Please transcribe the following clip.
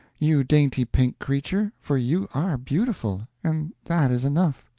you dainty pink creature, for you are beautiful and that is enough!